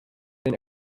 been